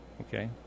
Okay